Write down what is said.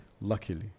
luckily